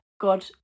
God